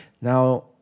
Now